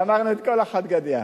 גמרנו את כל החד גדיא.